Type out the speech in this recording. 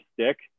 stick